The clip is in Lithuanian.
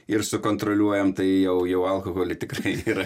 ir sukontroliuojam tai jau jau alkoholį tikrai yra